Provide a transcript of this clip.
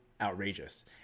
outrageous